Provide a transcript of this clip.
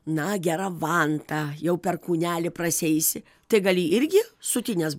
na gera vanta jau per kūnelį prasieisi tai gali irgi sutinęs